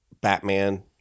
batman